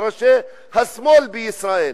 וראשי השמאל בישראל.